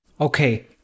Okay